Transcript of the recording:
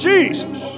Jesus